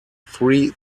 three